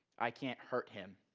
i can't hurt him.